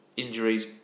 Injuries